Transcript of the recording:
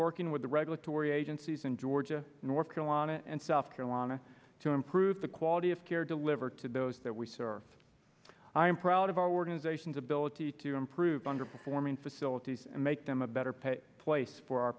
working with the regulatory agencies in georgia north carolina and south carolina to improve the quality of care delivered to those that we serve i am proud of our organizations ability to improve underperforming facilities and make them a better pay place for our